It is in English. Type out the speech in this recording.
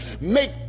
make